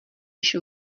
již